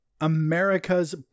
America's